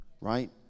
right